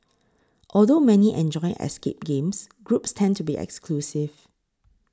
although many enjoy escape games groups tend to be exclusive